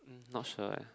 um not sure eh